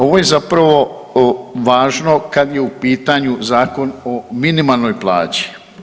Ovo je zapravo važno kada je u pitanju Zakon o minimalnoj plaći.